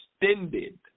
Extended